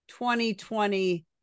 2020